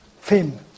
fame